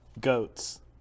goats